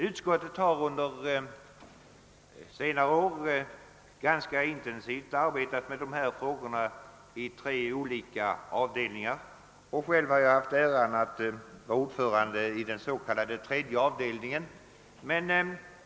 Utskottet har under senare år i tre olika avdelningar ganska intensivt arbetat med dessa frågor, och själv har jag äran att vara ordförande i den s.k. tredje avdelningen.